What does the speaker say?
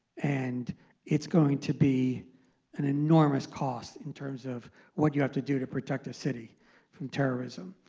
and it's going to be an enormous cost in terms of what you have to do to protect a city from terrorism.